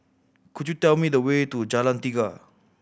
could you tell me the way to Jalan Tiga